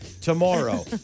tomorrow